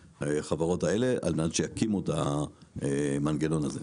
החברות האלה על מנת שיקימו את המנגנון הזה.